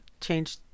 change